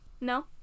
No